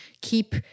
keep